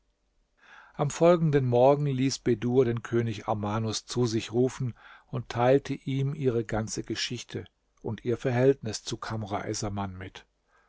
am folgenden morgen ließ bedur den könig armanus zu sich rufen und teilte ihm ihre ganze geschichte und ihr verhältnis zu kamr essaman mit